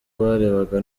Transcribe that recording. barebaga